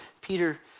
Peter